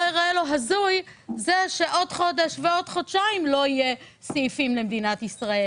ייראה לו הזוי שעוד חודש ועוד חודשיים לא יהיו סעיפים למדינת ישראל?